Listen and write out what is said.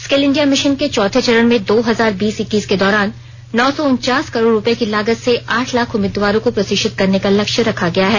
skill India mission के चौथे चरण में दो हजार बीस इक्कीस के दौरान नौ सौ उनचास करोड़ रुपये की लागत से आठ लाख उम्मीदवारों को प्रशिक्षित करने का लक्ष्य रखा गया है